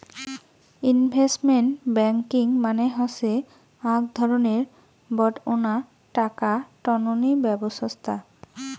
investment banking মানে হসে আক ধরণের বডঙ্না টাকা টননি ব্যবছস্থা